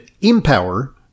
empower